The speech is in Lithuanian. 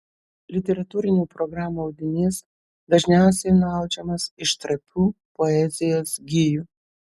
literatūrinių programų audinys dažniausiai nuaudžiamas iš trapių poezijos gijų